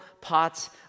pots